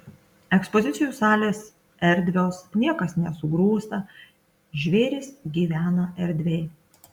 ekspozicijų salės erdvios niekas nesugrūsta žvėrys gyvena erdviai